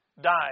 died